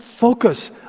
focus